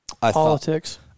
Politics